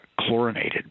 chlorinated